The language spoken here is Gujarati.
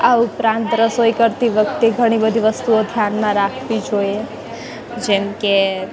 આ ઉપરાંત રસોઈ કરતી વખતે ઘણી બધી વસ્તુઓ ધ્યાનમાં રાખવી જોઈએ જેમકે